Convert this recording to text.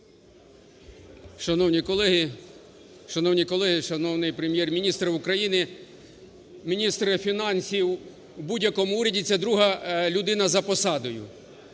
шановні колеги, шановний Прем'єр-міністр України! Міністр фінансів у будь-якому уряді – це друга людина за посадою.